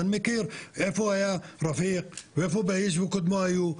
אני מכיר איפה היה רפיק ואיפה בהיג' וקודמו היו,